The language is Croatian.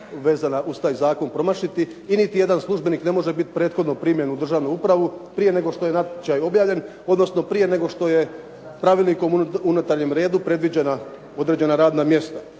vezana uz taj zakon promašiti i niti jedan službenik ne može biti prethodno primljen u državnu upravu prije nego što je natječaj objavljen, odnosno prije nego što su Pravilnikom o unutarnjem redu predviđena određena radna mjesta.